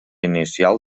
inicial